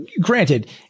granted